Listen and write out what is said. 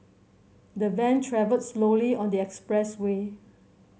the van travelled slowly on the expressway